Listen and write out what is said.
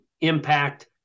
impact